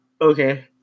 Okay